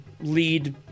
lead